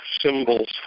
symbols